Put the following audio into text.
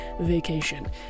vacation